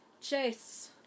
chase